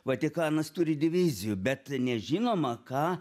vatikanas turi divizijų bet nežinoma ką